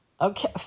Okay